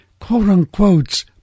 quote-unquote